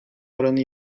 oranı